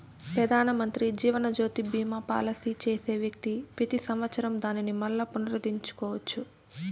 పెదానమంత్రి జీవనజ్యోతి బీమా పాలసీ చేసే వ్యక్తి పెతి సంవత్సరం దానిని మల్లా పునరుద్దరించుకోవచ్చు